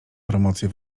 promocję